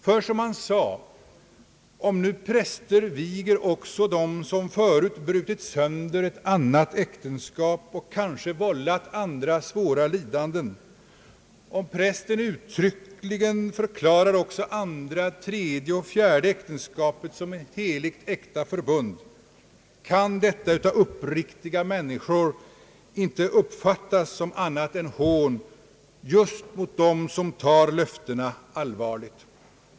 Ty, som han sade, om nu präster viger också dem som förut brutit sönder ett annat äktenskap och kanske vållat andra svåra lidanden, om prästen uttryckligen förklarar också andra, tredje och fjärde äktenskapet som ett heligt äkta förbund, kan detta av uppriktiga människor inte uppfattas som annat än hån just mot dem som tar löftena allvarligt.